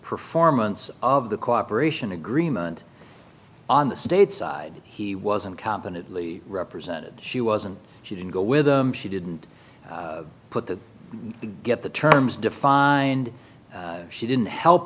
performance of the cooperation agreement on the state side he wasn't competently represented she wasn't she didn't go with them she didn't put the get the terms defined she didn't help